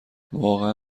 واقعا